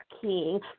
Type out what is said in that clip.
King